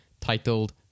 titled